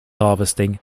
harvesting